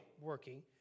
working